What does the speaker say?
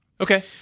Okay